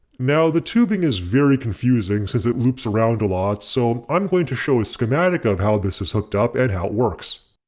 now the tubing is very confusing since it loops around a lot so i'm going to show a schematic of how this is hooked up and how it works.